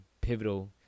pivotal